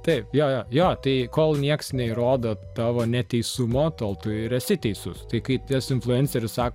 taip jo jo jo tai kol nieks neįrodo tavo neteisumo tol tu ir esi teisus tai kaip jas influenceris sak